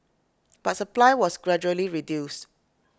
but supply was gradually reduced